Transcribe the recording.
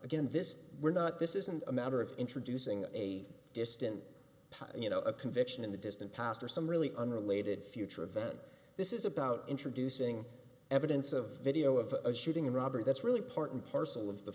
again this were not this isn't a matter of introducing a distant past you know a conviction in the distant past or some really unrelated future event this is about introducing evidence a video of a shooting robbery that's really part and parcel of the